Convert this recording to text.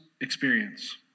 experience